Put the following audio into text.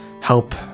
help